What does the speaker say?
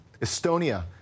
Estonia